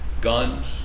guns